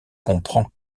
comprend